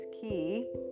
key